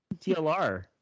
TLR